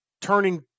turning